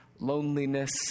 loneliness